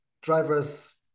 drivers